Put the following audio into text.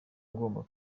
agomba